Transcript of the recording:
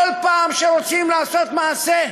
כל פעם כשרוצים לעשות מעשה,